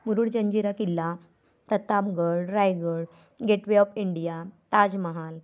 मुरुड जंजिरा किल्ला Pratapgad Raigad gateway of India Taj Mahal